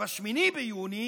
ובשמיני ביוני,